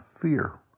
fear